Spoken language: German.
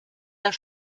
der